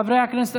חברי הכנסת,